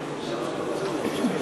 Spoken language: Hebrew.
תודה,